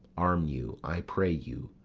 arm you, i pray you,